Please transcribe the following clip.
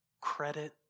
credit